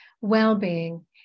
Well-being